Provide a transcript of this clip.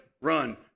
run